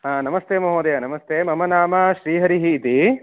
हा नमस्ते महोदय नमस्ते मम नाम श्रीहरिः इति